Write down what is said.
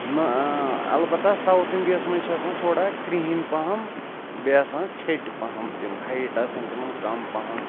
نَہ اَلبتہ ساوُتھ اِنٛڈیاہَس منٛز چھِ آسان تھوڑا کِرٛہِنۍ پَہَم بیٚیہِ آسان ژیٚھٹۍ پَہَم تِم ہایِٹ آسان تِمَن کَم پَہَم